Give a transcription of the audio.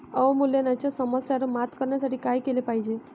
अवमूल्यनाच्या समस्येवर मात करण्यासाठी काय केले पाहिजे?